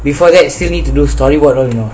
before that still need to do storyboard [one] you know